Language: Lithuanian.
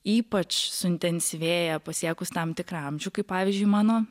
ypač suintensyvėja pasiekus tam tikrą amžių kaip pavyzdžiui mano